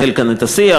ולנהל כאן את השיח,